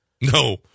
No